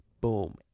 Boom